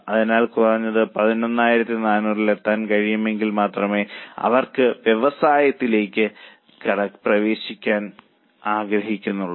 അതിനാൽ കുറഞ്ഞത് 11400 ൽ എത്താൻ കഴിയുമെങ്കിൽ മാത്രമേ അവർ വ്യവസായത്തിലേക്ക് പ്രവേശിക്കാൻ ആഗ്രഹിക്കുന്നുള്ളൂ